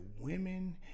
women